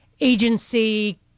agency